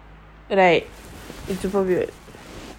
right it's super weird